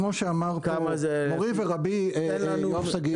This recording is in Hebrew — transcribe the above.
כפי שאמר מורי ורבי יואב שגיא,